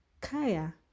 Kaya